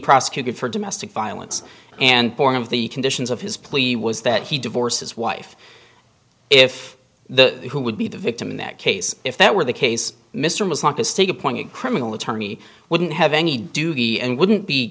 prosecuted for domestic violence and point of the conditions of his plea was that he divorced his wife if the who would be the victim in that case if that were the case mr was like a state appointed criminal attorney wouldn't have any duty and wouldn't be